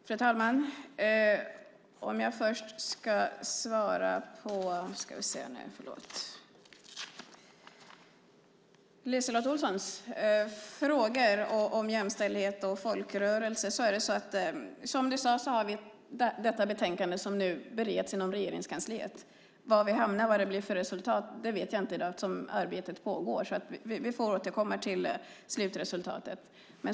Fru talman! Jag svarar först på LiseLotte Olssons frågor om jämställdhet och folkrörelser. Som LiseLotte Olsson sade finns det betänkande som nu bereds inom Regeringskansliet. Var vi hamnar och vad det blir för resultat vet jag inte eftersom arbetet pågår. Vi får återkomma till slutresultatet.